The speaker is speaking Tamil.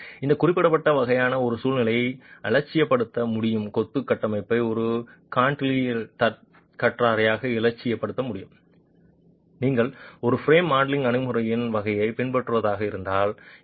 எனவே இந்த குறிப்பிட்ட வகையான ஒரு சூழ்நிலையில் இலட்சியப்படுத்த முடியும் கொத்து கட்டமைப்பை ஒரு கான்டிலீவர் கற்றையாக இலட்சியப்படுத்த முடியும் நீங்கள் ஒரு பிரேம் மாடலிங் அணுகுமுறையின் வகையை பின்பற்றுவதாக இருந்தால்